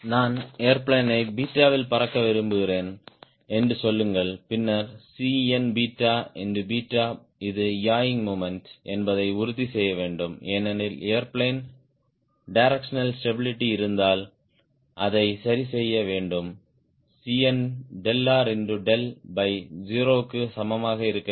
நான் ஏர்பிளேன் 𝛽 பறக்க விரும்புகிறேன் என்று சொல்லுங்கள் பின்னர் Cn இது யாயிங் மொமெண்ட் என்பதை உறுதி செய்ய வேண்டும் ஏனெனில் ஏர்பிளேன் டிரெக்ஷனல் ஸ்டாபிளிட்டி இருப்பதால் அதை சரிசெய்ய வேண்டும் Cnr by 0 க்கு சமமாக இருக்க வேண்டும்